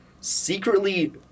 secretly